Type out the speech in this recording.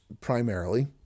primarily